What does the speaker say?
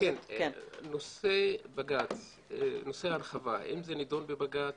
נושא ההרחבה - האם זה נידון בבג"ץ?